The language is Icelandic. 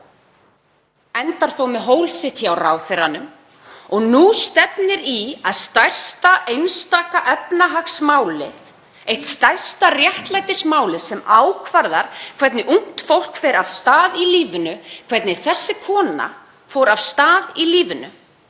hafi setið eftir hjá ráðherranum, og nú stefnir í að stærsta einstaka efnahagsmálið, eitt stærsta réttlætismálið sem ákvarðar hvernig ungt fólk fer af stað í lífinu, hvernig þessi kona fór af stað í lífinu,